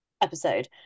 episode